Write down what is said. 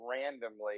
randomly